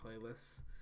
playlists